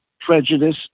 prejudice